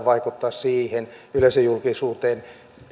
vaikuttaa siihen yleisöjulkisuuteen